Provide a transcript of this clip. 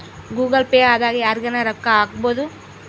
Google Pay ದಾಗ ಯರ್ಗನ ರೊಕ್ಕ ಹಕ್ಬೊದು